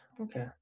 okay